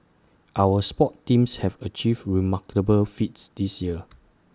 our sports teams have achieved remarkable feats this year